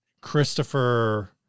christopher